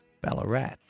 Ballarat